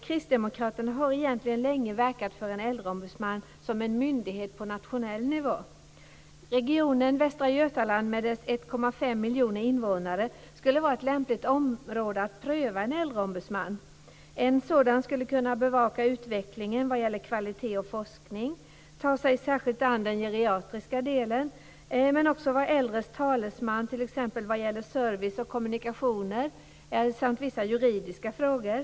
Kristdemokraterna har egentligen länge verkat för en äldreombudsman som en myndighet på nationell nivå. Regionen Västra Götaland med dess 1,5 miljoner invånare skulle vara ett lämpligt område att pröva en äldreombudsman i. En sådan skulle kunna bevaka utvecklingen vad gäller kvalitet och forskning och särskilt ta sig an den geriatriska delen, men också vara de äldres talesman t.ex. vad gäller service och kommunikationer samt vissa juridiska frågor.